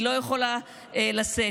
היא לא יכולה להינשא,